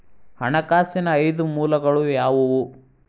ಹಣಕಾಸಿನ ಐದು ಮೂಲಗಳು ಯಾವುವು?